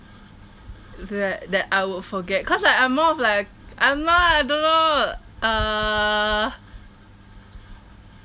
that that I will forget cause I I'm more of like alamak I don't know err